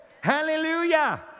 Hallelujah